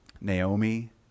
Naomi